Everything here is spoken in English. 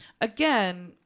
again